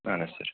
اَہَن حظ سَر